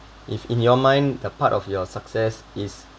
if in your mind that part of your success is